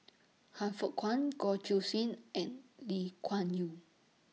Han Fook Kwang Goh Siew and Lee Kuan Yew